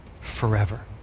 forever